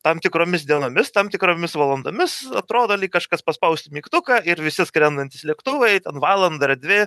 tam tikromis dienomis tam tikromis valandomis atrodo lyg kažkas paspaust mygtuką ir visi skrendantys lėktuvai ten valandą ar dvi